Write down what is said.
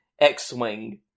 X-Wing